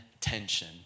tension